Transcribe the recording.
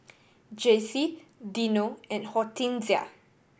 Jacey Dino and Hortensia